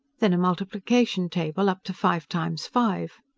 then a multiplication table up to five times five.